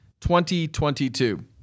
2022